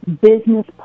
business